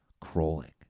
crawling